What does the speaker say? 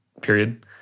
period